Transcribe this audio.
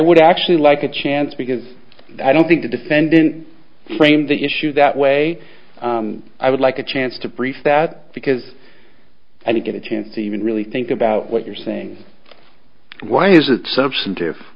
would actually like a chance because i don't think the defendant framed the issue that way i would like a chance to brief that because i didn't get a chance to even really think about what you're saying why is that substantive